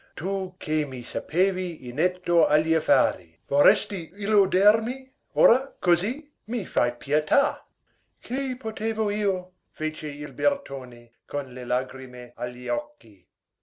tu che mi sapevi inetto agli affari vorresti illudermi ora così i fai pietà che potevo io fece il bertone con le lagrime agli occhi